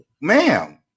ma'am